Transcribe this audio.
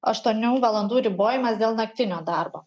aštuonių valandų ribojimas dėl naktinio darbo